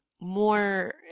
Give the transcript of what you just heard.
more